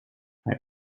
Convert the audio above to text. hij